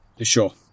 sure